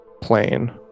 plane